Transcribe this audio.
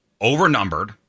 overnumbered